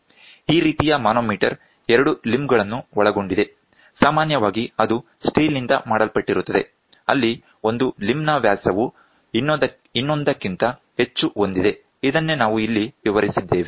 ಈ ರೀತಿಯ ಮಾನೋಮೀಟರ್ 2 ಲಿಂಬ್ಗಳನ್ನು ಒಳಗೊಂಡಿದೆ ಸಾಮಾನ್ಯವಾಗಿ ಅದು ಸ್ಟೀಲ್ ನಿಂದ ಮಾಡಲ್ಪಟ್ಟಿರುತ್ತದೆ ಅಲ್ಲಿ ಒಂದು ಲಿಂಬ್ ನ ವ್ಯಾಸವು ಇನ್ನೊಂದಕ್ಕಿಂತ ಹೆಚ್ಚು ಹೊಂದಿದೆ ಇದನ್ನೇ ನಾವು ಇಲ್ಲಿ ವಿವರಿಸಿದ್ದೇವೆ